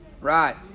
Right